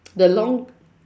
the long